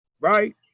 Right